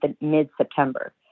mid-September